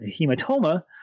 hematoma